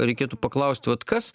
reikėtų paklausti vat kas